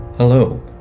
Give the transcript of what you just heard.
Hello